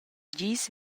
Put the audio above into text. dis